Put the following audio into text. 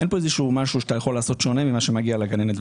אין כאן משהו שאתה יכול לעשות שונה ממה שמגיע לגננת.